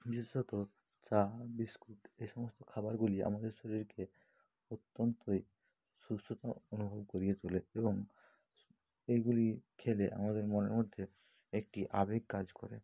বিশেষত চা বিস্কুট এ সমস্ত খাবারগুলি আমাদের শরীরকে অত্যন্তই সুস্থতা অনুভব করিয়ে তুলে এবং এইগুলি খেলে আমাদের মনের মধ্যে একটি আবেগ কাজ করে